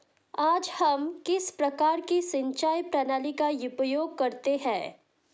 आज हम किस प्रकार की सिंचाई प्रणाली का उपयोग करते हैं?